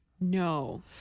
No